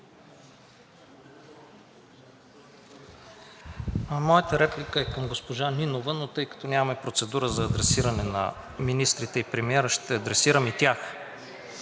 Моята реплика е към госпожа Нинова, но тъй като нямаме процедура за адресиране на министрите и премиера, ще адресирам и тях.